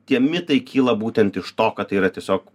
tie mitai kyla būtent iš to kad tai yra tiesiog